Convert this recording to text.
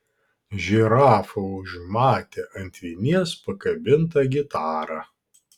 žirafa užmatė ant vinies pakabintą gitarą